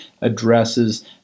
addresses